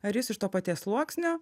ar jis iš to paties sluoksnio